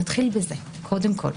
נתחיל בזה קודם כול.